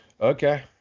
Okay